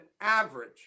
average